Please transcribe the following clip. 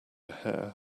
hair